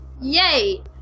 Yay